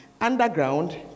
underground